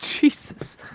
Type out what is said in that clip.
Jesus